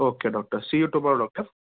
okay doctor see you tomorrow doctor